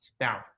Now